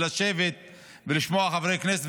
לשבת ולשמוע חברי כנסת,